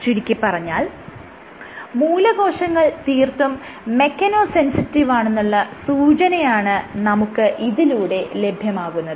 ചുരുക്കിപ്പറഞ്ഞാൽ മൂലകോശങ്ങൾ തീർത്തും മെക്കനൊ സെൻസിറ്റീവാണെന്നുള്ള സൂചനയാണ് നമുക്ക് ഇതിലൂടെ ലഭ്യമാകുന്നത്